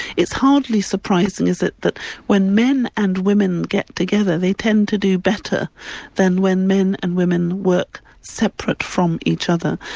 it's hardly surprising, is it, that when men and women get together, they tend to do better than when men and women work separate from each other.